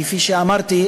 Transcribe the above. כפי שאמרתי,